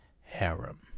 Harem